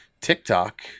TikTok